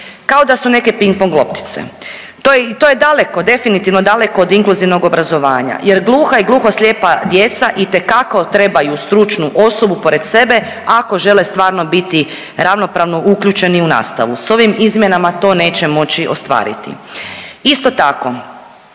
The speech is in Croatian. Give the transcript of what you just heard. kao da su neke ping pong loptice. To je, to je daleko, definitivno daleko od inkluzivnog obrazovanja jer gluha i gluho slijepa djeca itekako trebaju stručnu osobu pored sebe ako žele stvarno biti ravnopravno uključeni u nastavu, s ovim izmjenama to neće moći ostvariti. Isto tako,